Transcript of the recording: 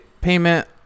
payment